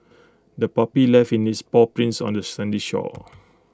the puppy left in its paw prints on the sandy shore